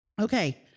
Okay